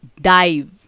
Dive